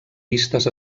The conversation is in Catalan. vistes